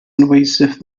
invasive